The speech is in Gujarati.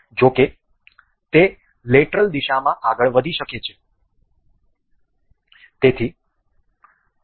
જો કે તે લેટરલ દિશામાં આગળ વધી શકે છે